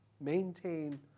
maintain